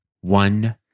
One